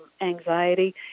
anxiety